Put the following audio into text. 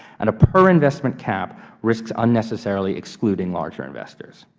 and a per investment cap risks unnecessarily excluding larger investors.